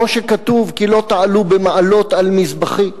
כמו שכתוב: כי לא תעלו במעלות על מזבחי,